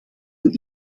een